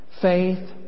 Faith